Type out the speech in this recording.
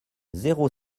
zéro